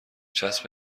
چسب